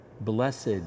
blessed